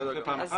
בסדר גמור.